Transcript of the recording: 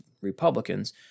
Republicans